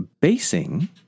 basing